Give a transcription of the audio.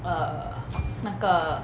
err 那个